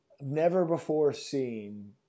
never-before-seen